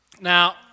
Now